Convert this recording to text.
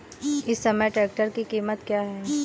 इस समय ट्रैक्टर की कीमत क्या है?